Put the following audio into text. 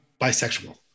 bisexual